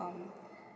um